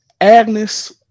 agnes